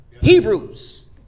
Hebrews